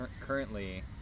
currently